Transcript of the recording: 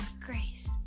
Grace